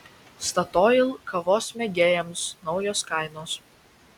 statoil kavos mėgėjams naujos kainos